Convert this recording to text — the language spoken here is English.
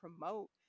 promote